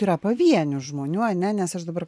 yra pavienių žmonių ane nes aš dabar